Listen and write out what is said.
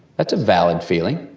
that's a valid feeling.